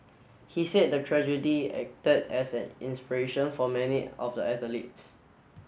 he said the tragedy acted as an inspiration for many of the athletes